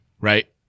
right